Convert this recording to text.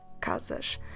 CASAS